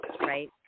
right